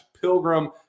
pilgrim